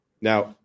Now